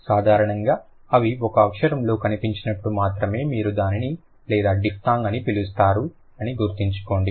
సాధారణంగా అవి ఒక అక్షరంలో కనిపించినప్పుడు మాత్రమే మీరు దానిని లేదా డిఫ్తాంగ్ అని పిలుస్తారు అని గుర్తుంచుకోండి